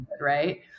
right